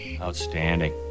Outstanding